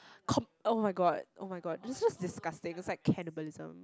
com~ oh-my-god oh-my-god it's just disgusting it's like cannibalism